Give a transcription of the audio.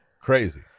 Crazy